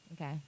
Okay